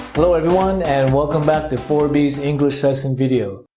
hello everyone and welcome back to forb's english lesson video.